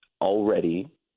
already